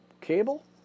cable